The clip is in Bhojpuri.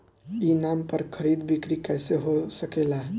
ई नाम पर खरीद बिक्री कैसे हो सकेला?